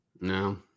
no